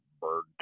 bird